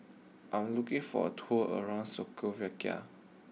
I'm looking for a tour around